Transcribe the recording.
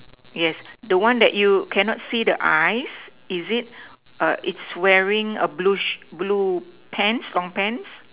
yes the one that you cannot see the eyes is it err its wearing a blue err blue pants long pants